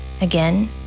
Again